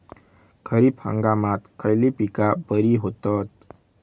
खरीप हंगामात खयली पीका बरी होतत?